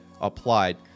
applied